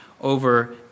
over